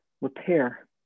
repair